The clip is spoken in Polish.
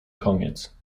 koniec